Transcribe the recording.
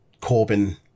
Corbin